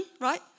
right